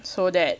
so that